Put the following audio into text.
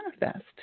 manifest